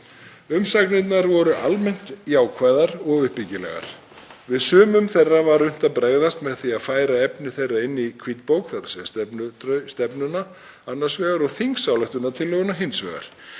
Umsagnirnar voru almennt jákvæðar og uppbyggilegar. Við sumum þeirra var unnt að bregðast með því að færa efni þeirra inn í hvítbók, þ.e. stefnuna, annars vegar og þingsályktunartillöguna hins vegar.